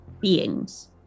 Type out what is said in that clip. beings